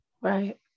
Right